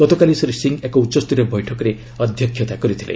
ଗତକାଲି ଶ୍ରୀ ସିଂ ଏକ ଉଚ୍ଚସ୍ତରୀୟ ବୈଠକରେ ଅଧ୍ୟକ୍ଷତା କରିଥିଲେ